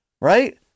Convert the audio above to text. right